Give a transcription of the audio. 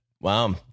Wow